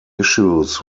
issues